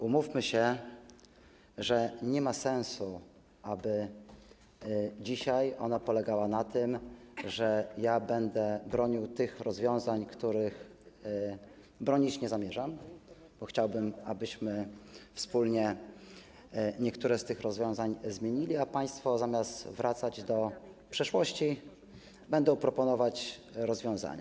Umówmy się, że nie ma sensu, aby dzisiaj ona polegała na tym, że ja będę bronił tych rozwiązań, których bronić nie zamierzam, bo chciałbym, abyśmy wspólnie niektóre z tych rozwiązań zmienili, a państwo, zamiast wracać do przeszłości, będą proponować rozwiązania.